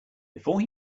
before